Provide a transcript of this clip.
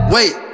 Wait